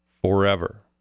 forever